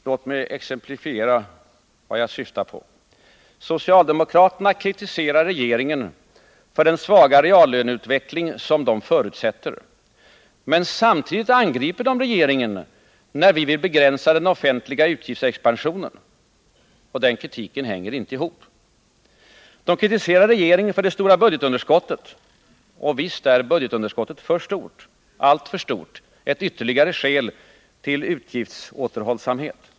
Låt mig exemplifiera vad jag syftar på. Socialdemokraterna kritiserar regeringen för den svaga reallöneutveckling som de förutser. Men de angriper oss samtidigt när vi vill begränsa den offentliga utgiftsexpansionen. Den kritiken hänger inte ihop. De kritiserar regeringen för det stora budgetunderskottet. Och visst är budgetunderskottet alltför stort. Detta är ett ytterligare skäl till utgiftsåterhållsamhet.